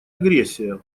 агрессия